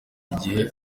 gihe